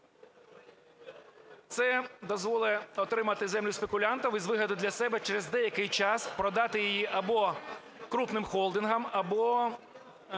Це дозволить отримати землю спекулянтам і з вигодою для себе через деякий час продати її або крупним холдингам, або